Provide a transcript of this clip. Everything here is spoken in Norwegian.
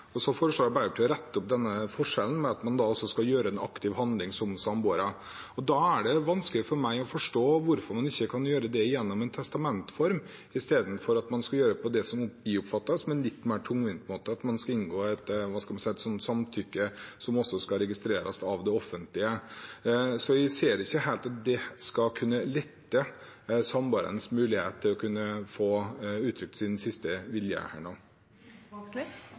foreslår å rette opp denne forskjellen med at man også skal utføre en aktiv handling som samboere. Da er det vanskelig for meg å forstå hvorfor man ikke kan gjøre det gjennom en testamenteform, istedenfor å gjøre det på en måte som vi oppfatter som litt mer tungvint: å inngå – hva skal jeg si – et samtykke som skal registreres av det offentlige. Jeg ser ikke helt at det skal kunne lette samboeres muligheter til å få uttrykke sin siste vilje.